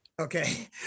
okay